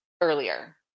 earlier